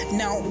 now